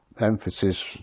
emphasis